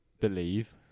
believe